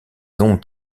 ont